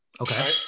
Okay